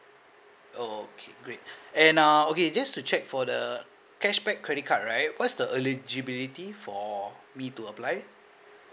okay great and uh okay just to check for the cashback credit card right what's the eligibility for me to apply